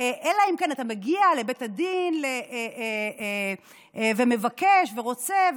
אלא אם כן אתה מגיע לבית הדין ומבקש ורוצה.